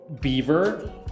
beaver